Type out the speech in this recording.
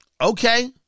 okay